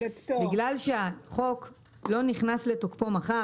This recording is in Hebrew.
בגלל שהחוק לא נכנס לתוקפו מחר,